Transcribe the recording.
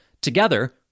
Together